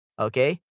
Okay